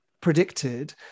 predicted